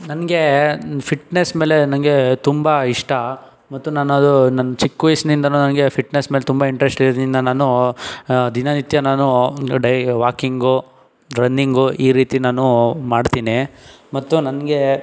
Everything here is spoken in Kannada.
ನನಗೆ ಫಿಟ್ನೆಸ್ ಮೇಲೆ ನನಗೆ ತುಂಬ ಇಷ್ಟ ಮತ್ತು ನಾನದು ನನ್ನ ಚಿಕ್ಕ ವಯಸ್ಸಿನಿಂದನೂ ನನಗೆ ಫಿಟ್ನೆಸ್ ಮೇಲೆ ತುಂಬ ಇಂಟ್ರೆಸ್ಟ್ ಇರೋದ್ರಿಂದ ನಾನು ದಿನನಿತ್ಯ ನಾನು ಡೈ ವಾಕಿಂಗು ರನ್ನಿಂಗು ಈ ರೀತಿ ನಾನು ಮಾಡ್ತೀನಿ ಮತ್ತು ನನಗೆ